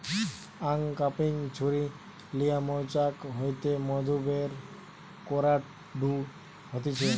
uncapping ছুরি লিয়া মৌচাক হইতে মধু বের করাঢু হতিছে